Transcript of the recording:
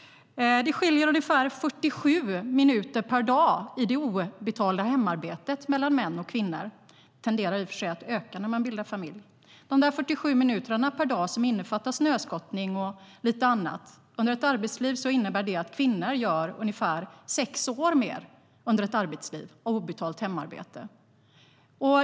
Det skiljer ungefär 47 minuter per dag mellan män och kvinnor i det obetalda hemarbetet. Det tenderar i och för sig att öka när man bildar familj. De där 47 minuterna per dag, som innefattar snöskottning och lite annat, innebär under ett arbetsliv att kvinnor gör ungefär sex år mer av obetalt hemarbete.